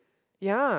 yeah